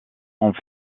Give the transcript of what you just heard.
ont